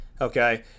okay